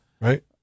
right